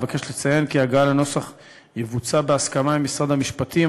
מבקש לציין כי ההגעה לנוסח תבוצע בהסכמה עם משרד המשפטים,